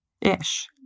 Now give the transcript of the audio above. ish